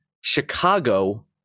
Chicago